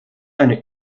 eine